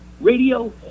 radio